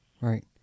right